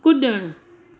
कुड॒णु